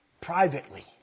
privately